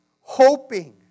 Hoping